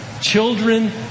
children